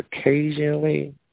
occasionally